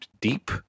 deep